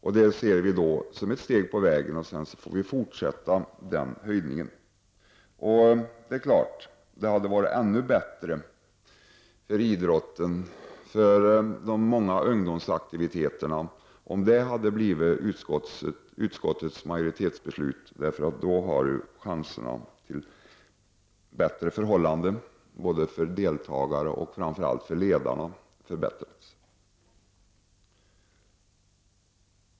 Vi ser detta som ett steg på vägen, och vi får sedan fortsätta med en höjning. Det hade naturligtvis varit ännu bättre för idrotten och de många ungdomsaktiviteterna om detta hade blivit utskottsmajoritetens beslut. Då hade chanserna att skapa bättre förhållanden både för deltagare och framför allt för ledare förbättrats.